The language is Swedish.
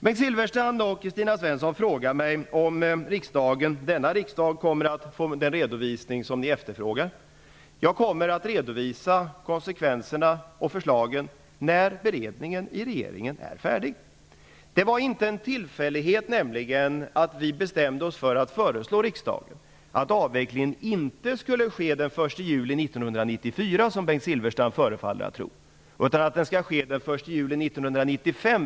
Bengt Silfverstrand och Kristina Svensson frågar mig om detta riksmöte kommer att få den redovisning som ni efterfrågar. Jag kommer att redovisa konsekvenserna av förslagen när beredningen i regeringen är färdig. Det var nämligen inte en tillfällighet att vi bestämde oss för att föreslå riksdagen att avvecklingen inte skulle ske den 1 juli 1994, som Bengt Silfverstrand förefaller att tro, utan den 1 juli 1995.